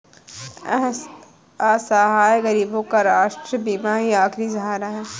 असहाय गरीबों का राष्ट्रीय बीमा ही आखिरी सहारा है